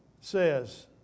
says